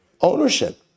ownership